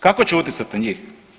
Kako će utjecati na njih?